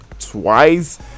twice